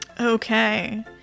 Okay